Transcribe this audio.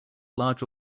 large